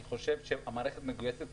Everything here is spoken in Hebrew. אני חושב שהמערכת מגויסת,